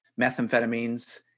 methamphetamines